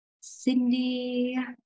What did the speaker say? Cindy